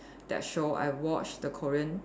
that show I watch the Korean